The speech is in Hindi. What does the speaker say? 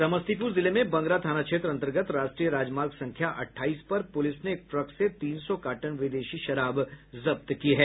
समस्तीपुर जिले में बंगरा थाना क्षेत्र अंतर्गत राष्ट्रीय राजमार्ग संख्या अठाईस पर प्रलिस ने एक ट्रक से तीन सौ कार्टन विदेशी शराब जब्त की है